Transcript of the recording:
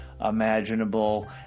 imaginable